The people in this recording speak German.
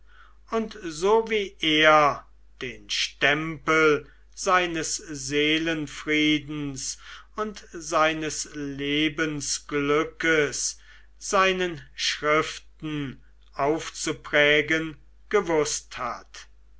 und so wie er den stempel seines seelenfriedens und seines lebensglückes seinen schriften aufzuprägen gewußt hat